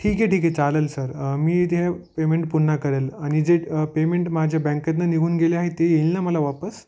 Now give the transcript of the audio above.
ठीक आहे ठीक आहे चालेल सर मी ते पेमेंट पुन्हा करेल आणि जे पेमेंट माझे बँकेतनं निघून गेले आहे ते येईल ना मला वापस